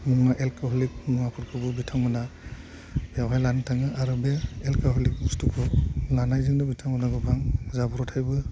मुङा एलक'हलिग मुङाफोरखौबो बिथांमोना बेयावहाय लानो थाङो आरो बे एलक'हलिग बुस्थुखौ लानायजोंनो बिथांमोनहा गोबां जाब्रथाइबो